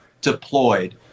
deployed